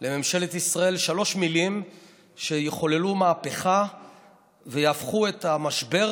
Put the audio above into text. לממשלת ישראל שלוש מילים שיחוללו מהפכה ויהפכו את המשבר